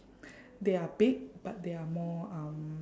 they are big but they are more um